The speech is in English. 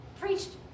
preached